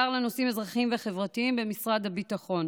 לנושאים אזרחיים וחברתיים במשרד הביטחון,